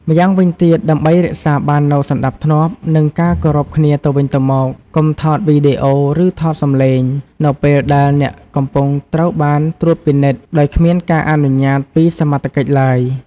ម៉្យាងវិញទៀតដើម្បីរក្សាបាននូវសណ្តាប់ធ្នាប់ និងការគោរពគ្នាទៅវិញទៅមក កុំថតវីដេអូ ឬថតសំឡេង នៅពេលដែលអ្នកកំពុងត្រូវបានត្រួតពិនិត្យ ដោយគ្មានការអនុញ្ញាត ពីសមត្ថកិច្ចឡើយ។